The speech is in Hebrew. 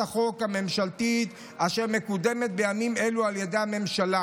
החוק הממשלתית אשר מקודמת בימים אלו על ידי הממשלה,